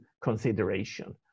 consideration